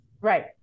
Right